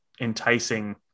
enticing